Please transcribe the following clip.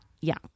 young